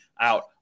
out